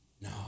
No